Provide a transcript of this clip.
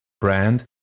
Brand